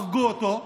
הרגו אותו,